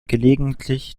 gelegentlich